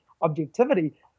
objectivity